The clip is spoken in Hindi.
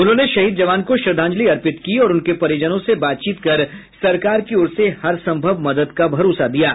उन्होंने शहीद जवान को श्रद्धांजलि अर्पित की और उनके परिजनों से बातचीत कर सरकार की ओर से हर सम्भव मदद का भरोसा दिया है